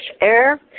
air